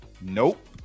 Nope